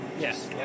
Yes